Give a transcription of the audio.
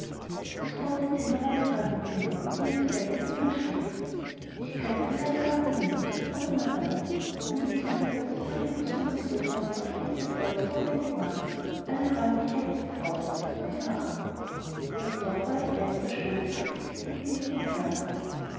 das rote zimmer war ein fremdenzimmer in dem nur selten jemand schlief ich könnte beinahe sagen niemals oder nur dann wenn ein zufälliger zusammenfluß von besuchern auf gateshead hall es notwendig machte alle räumlichkeiten des hauses nutzbar zu machen und doch war es eins der schönsten und prächtigsten gemächer im herrenhause